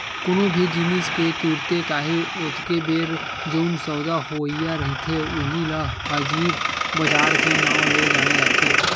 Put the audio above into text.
कोनो भी जिनिस के तुरते ताही ओतके बेर जउन सौदा होवइया रहिथे उही ल हाजिर बजार के नांव ले जाने जाथे